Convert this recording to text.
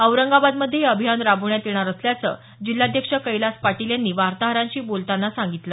औरंगाबादमध्येही हे अभियान राबवण्यात येणार असल्याचं जिल्हाध्यक्ष कैलास पाटील यांनी वार्ताहरांशी बोलतांना सांगितलं